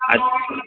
اچھا